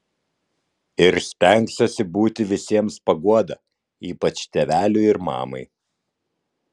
ir stengsiuosi būti visiems paguoda ypač tėveliui ir mamai